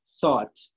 thought